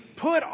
put